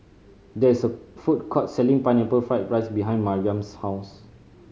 there is a food court selling Pineapple Fried rice behind Maryam's house